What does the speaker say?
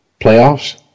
playoffs